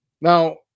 Now